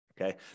Okay